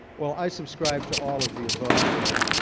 well, i subscribe to all of the above there.